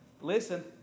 listen